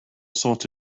sorts